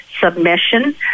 submission